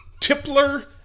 Tipler